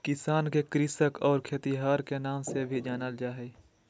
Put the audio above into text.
किसान के कृषक और खेतिहर के नाम से भी जानल जा हइ